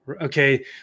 okay